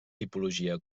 tipologia